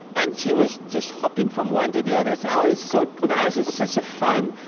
and she was just hopping from one to the other, saying, oh, it's so nice. it's such ah fun.